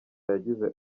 yagize